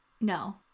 no